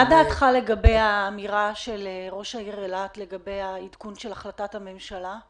מה דעתך על האמירה של ראש העיר אילת לגבי העדכון של החלטת הממשלה?